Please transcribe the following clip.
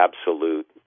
absolute